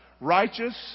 Righteous